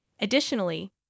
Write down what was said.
Additionally